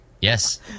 Yes